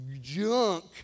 junk